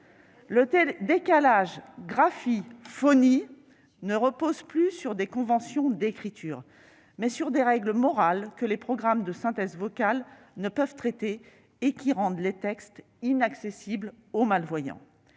Le décalage graphie-phonie ne repose plus sur des conventions d'écriture, mais sur des règles morales que les programmes de synthèse vocale ne peuvent traiter et qui rendent les textes inaccessibles aux malvoyants.